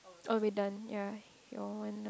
oh we're done ya you wanna